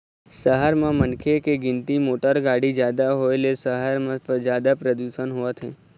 सहर म मनखे के गिनती, मोटर गाड़ी जादा होए ले सहर म जादा परदूसन होवत हे